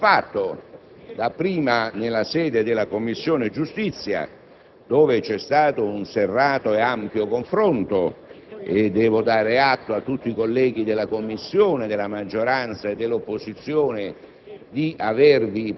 e così si è fatto, dapprima nella sede della Commissione giustizia, dove c'è stato un serrato e ampio confronto (e devo dare atto a tutti i colleghi della Commissione, della maggioranza e dell'opposizione,